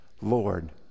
Lord